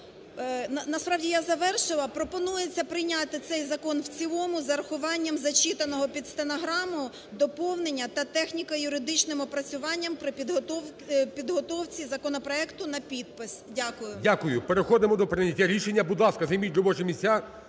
Насправді я завершила. Пропонується прийняти цей закон в цілому з урахуванням, зачитаного під стенограму, доповнення та техніко-юридичним опрацюванням при підготовці законопроекту на підпис. Дякую. ГОЛОВУЮЧИЙ. Дякую. Переходимо до прийняття рішення. Будь ласка, займіть робочі місця,